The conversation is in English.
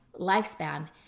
lifespan